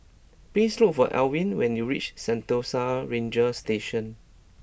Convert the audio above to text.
please look for Alwin when you reach Sentosa Ranger Station